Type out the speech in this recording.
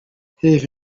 herve